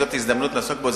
וזאת הזדמנות לעסוק בו,